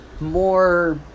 more